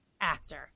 actor